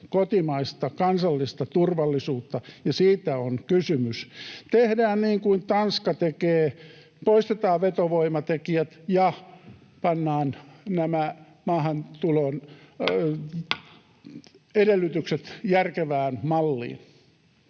kotimaista, kansallista turvallisuutta, ja siitä on kysymys. Tehdään niin kuin Tanska tekee: poistetaan vetovoimatekijät ja pannaan nämä maahantulon edellytykset [Puhemies